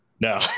No